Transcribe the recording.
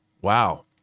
Wow